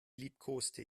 liebkoste